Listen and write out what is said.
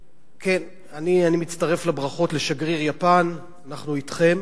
כן, אני מצטרף לברכות לשגריר יפן, אנחנו אתכם.